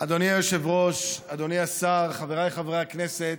אדוני היושב-ראש, אדוני השר, חבריי חברי הכנסת,